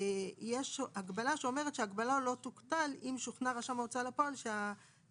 יש הגבלה שאומרת שההגבלה לא תוקטן אם שוכנע רשם ההוצאה לפועל שהיציאה